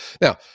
now